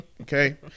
okay